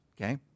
Okay